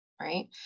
right